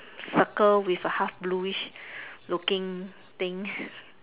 circle with a half bluish looking thing